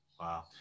Wow